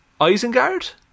Isengard